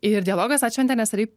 ir dialogas atšventė neseniai